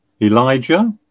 Elijah